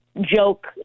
joke